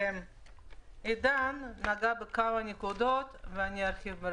חבר הכנסת עידן רול נגע בכמה נקודות וברשותכם ארחיב.